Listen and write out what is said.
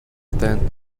attend